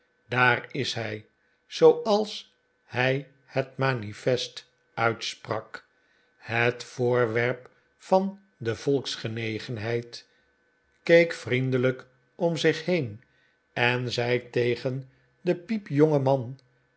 daar is hij r zooals hij het manifest uitsprak het voorwerp van de volksgenegenheid keek vriendelijk om zich heen en zei tegen den piepjongen man